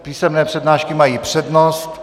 Písemné přihlášky mají přednost.